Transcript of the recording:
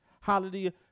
hallelujah